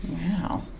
wow